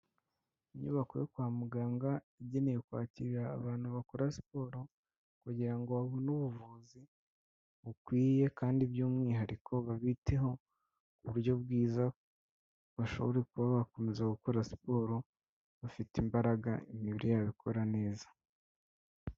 Inyubako yo kwa muganga igenewe kwakira abantu bakora siporo kugira ngo babone ubuvuzi bukwiye kandi by'umwihariko babiteho uburyo bwiza bashobore kuba bakomeza gukora siporo bafite imbaraga imibiri yabo ikora neza.